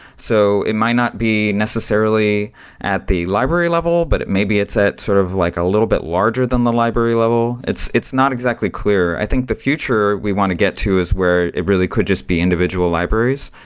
so it might not being necessarily at the library level, but it maybe it's at sort of like a little bit larger than the library level. it's it's not exactly clear. i think the future we want to get to is where it really could just be individual libraries.